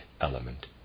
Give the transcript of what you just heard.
element